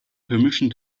permission